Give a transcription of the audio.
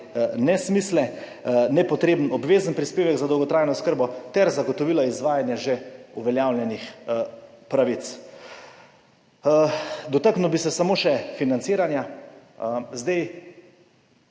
nesmisle, nepotreben obvezen prispevek za dolgotrajno oskrbo ter zagotovilo izvajanje že uveljavljenih pravic. Dotaknil bi se samo še financiranja. Zdaj